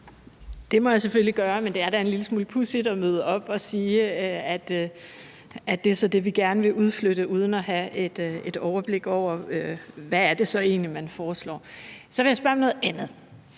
Det må jeg selvfølgelig gøre, men det er da en lille smule pudsigt at møde op og sige, at det så er det, man gerne vil udflytte, uden at have et overblik over, hvad det egentlig er, man foreslår. Så vil jeg spørge om noget andet,